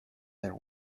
their